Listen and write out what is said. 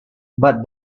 but